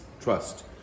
Trust